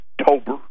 October